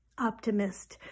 optimist